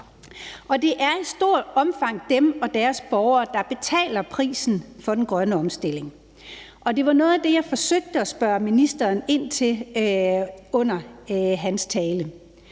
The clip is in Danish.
Det er i stort omfang dem og deres borgere, der betaler prisen for den grønne omstilling, og det var noget af det, jeg forsøgte at spørge ministeren ind til under hans tale.